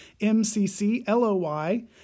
M-C-C-L-O-Y